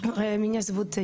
(מדברת בשפה הרוסית,